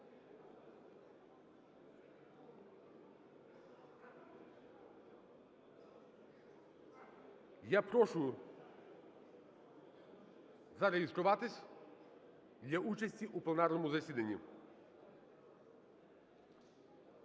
Я прошу зареєструватись для участі у пленарному засіданні.